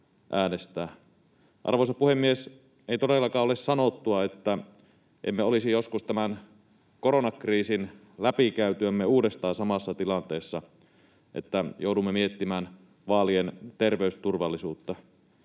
Arvoisa puhemies! Ei todellakaan ole sanottua, että emme olisi tämän koronakriisin läpikäytyämme joskus uudestaan samassa tilanteessa, jossa joudumme miettimään vaalien terveysturvallisuutta.